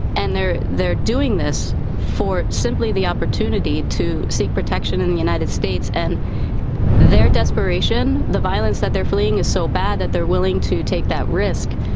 and they're they're doing this for simply the opportunity to seek protection in the united states and their desperation, the violence that they're fleeing is so bad that they're willing to take that risk.